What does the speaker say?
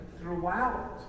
throughout